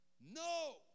No